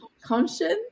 conscience